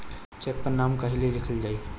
Check पर नाम कहवा लिखल जाइ?